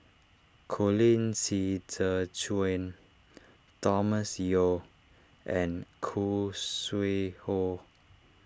Colin Qi Zhe Quan Thomas Yeo and Khoo Sui Hoe